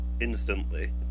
instantly